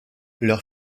leur